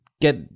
get